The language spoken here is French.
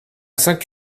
cinq